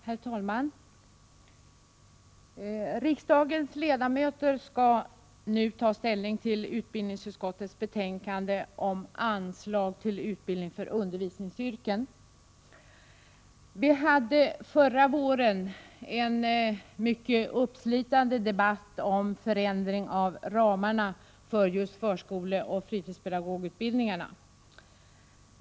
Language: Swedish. Herr talman! Riksdagens ledamöter skall nu ta ställning till utbildningsutskottets betänkande om anslag till utbildning för undervisningsyrken. Vi hade förra våren en mycket uppslitande debatt om förändring av ramarna för förskoleoch fritidspedagogutbildningarna.